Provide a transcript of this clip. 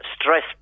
stress